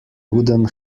wooden